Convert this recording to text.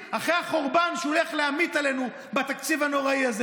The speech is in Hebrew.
חד-משמעית, חד-משמעית.